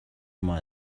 мөн